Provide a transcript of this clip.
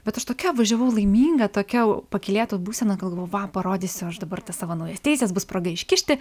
bet aš tokia važiavau laiminga tokia pakylėta būsena galvoju va parodysiu aš dabar tas savo naujas teises bus proga iškišti